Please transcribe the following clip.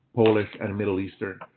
polish and middle eastern.